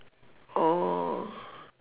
oh